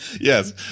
Yes